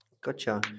Gotcha